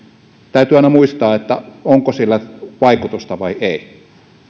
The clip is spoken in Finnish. täytyy aina muistaa onko sillä vaikutusta vai ei